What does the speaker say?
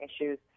issues